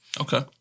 Okay